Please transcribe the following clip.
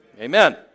Amen